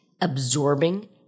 absorbing